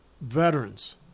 veterans